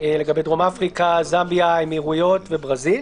דרום אפריקה, זמביה, האמירויות וברזיל.